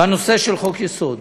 בנושא של חוק-יסוד.